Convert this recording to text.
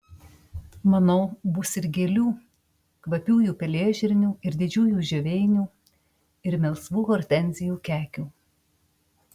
manau bus ir gėlių kvapiųjų pelėžirnių ir didžiųjų žioveinių ir melsvų hortenzijų kekių